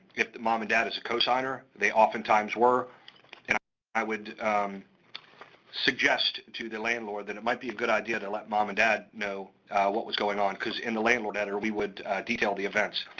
if the mom and dad was a co-signor, they often times were, and yeah i would suggest to the landlord that it might be a good idea to let mom and dad know what was going on. cause in the landlord letter, we would detail the events.